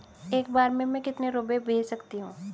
एक बार में मैं कितने रुपये भेज सकती हूँ?